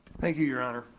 thank you, your honor.